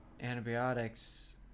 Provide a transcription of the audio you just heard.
antibiotics